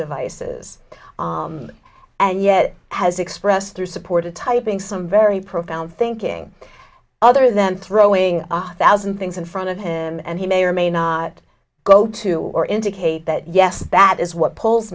devices and yet has expressed through supported typing some very profound thinking other than throwing a thousand things in front of him and he may or may not go to or indicate that yes that is what pulls